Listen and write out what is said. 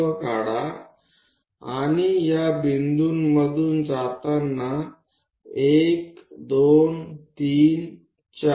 આ લીટી છે અને તેમાંથી આ બિંદુઓમાંથી પસાર થતી હોય તે રીતે 1 2 3 4 રચો